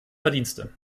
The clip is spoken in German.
verdienste